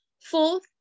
Fourth